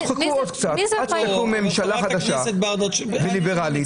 חכו עוד קצת עד שתקום ממשלה חדשה ליבראלית,